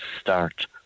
start